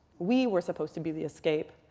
we were supposed to be the escape.